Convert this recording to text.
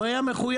הוא היה מחויב